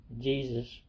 Jesus